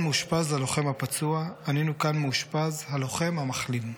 מאושפז הלוחם הפצוע / ענינו כאן מאושפז הלוחם המחלים //